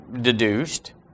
deduced